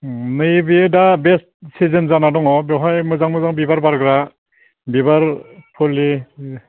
ओम नैबे दा बेस्ट सिजोन जाना दङ बेवहाय मोजां मोजां बिबार बारग्रा बिबार फुलि